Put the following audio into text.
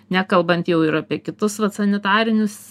nekalbant jau ir apie kitus vat sanitarinius